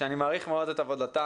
שאני מעריך מאוד את עבודתן